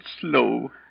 slow